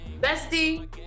bestie